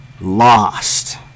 lost